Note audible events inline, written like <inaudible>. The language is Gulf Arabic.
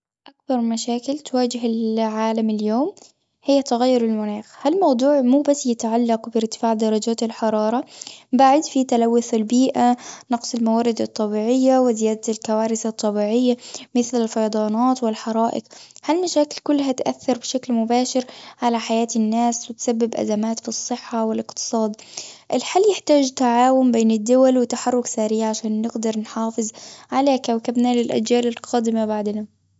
أكبر مشاكل تواجه ال <hesitation> عالم اليوم، هي تغير المناخ. هالموضوع مو بس يتعلق بارتفاع درجات الحرارة. بعد في تلوث البيئة، نقص الموارد الطبيعية، وزيادة الكوارث الطبيعية، مثل الفيضانات، والحرائق. هالمشاكل كلها تؤثر بشكل مباشر على حياة الناس، وتسبب أزمات في الصحة، والإقتصاد. الحل يحتاج تعاون بين الدول وتحرك سريع، عشان نقدر نحافظ على كوكبنا، للأجيال القادمة بعدنا.